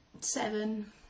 Seven